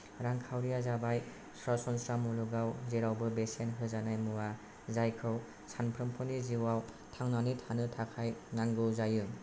रांखावरिया जाबाय सरासनस्रा मुलुगाव जेरावबो बेसेन होजानाय मुवा जायखौ सानफ्रोमबोनि जिउआव थांनानै थानो थाखाय नांगौ जायो